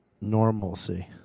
Normalcy